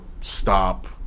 stop